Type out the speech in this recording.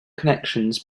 connections